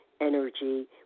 energy